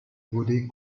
woody